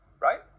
right